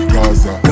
Gaza